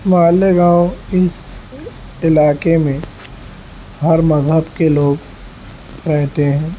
مالیگاؤں اس علاقے میں ہر مذہب کے لوگ رہتے ہیں